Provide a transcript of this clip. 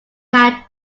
had